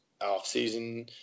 off-season